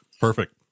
Perfect